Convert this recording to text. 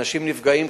אנשים נפגעים,